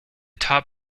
top